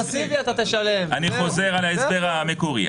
אצל יחיד מתחלקים בין מדרגות: אני הולך למדרגה הגבוהה